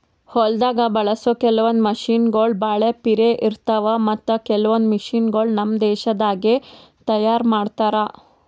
ಹೊಲ್ದಾಗ ಬಳಸೋ ಕೆಲವೊಂದ್ ಮಷಿನಗೋಳ್ ಭಾಳ್ ಪಿರೆ ಇರ್ತಾವ ಮತ್ತ್ ಕೆಲವೊಂದ್ ಮಷಿನಗೋಳ್ ನಮ್ ದೇಶದಾಗೆ ತಯಾರ್ ಮಾಡ್ತಾರಾ